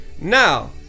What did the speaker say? Now